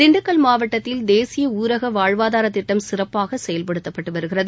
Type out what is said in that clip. திண்டுக்கல் மாவட்டத்தில் தேசிய ஊரக வாழ்வாதாரத் திட்டம் சிறப்பாக செயல்படுத்தப்பட்டு வருகிறது